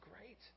great